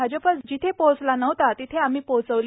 भाजप जिथे पोहोचला नव्हता तिथे आम्ही पोहोचवली